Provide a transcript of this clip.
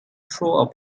through